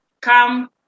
come